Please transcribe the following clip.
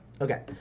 Okay